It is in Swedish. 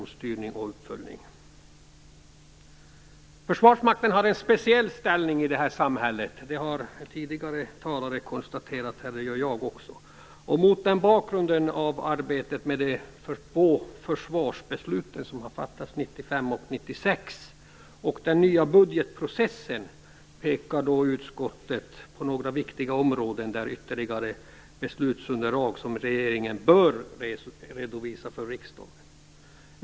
Försvarsmakten har en speciell ställning i vårt samhälle. Det har tidigare talare konstaterat, och det gör jag också. Mot bakgrund av arbetet med de två försvarsbeslut som fattats, 1995 och 1996, och den nya budgetprocessen pekar utskottet på några viktiga områden där regeringen bör redovisa ytterligare beslutsunderlag för riksdagen.